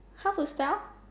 how to spell